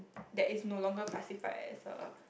that is no longer classified as a